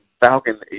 Falcon